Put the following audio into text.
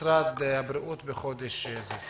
משרד הבריאות בחודש זה.